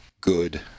good